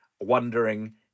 wondering